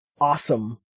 awesome